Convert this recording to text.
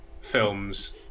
films